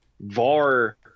VAR